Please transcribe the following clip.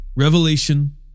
Revelation